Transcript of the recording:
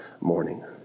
morning